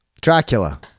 Dracula